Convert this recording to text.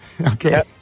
Okay